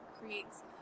creates